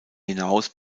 hinaus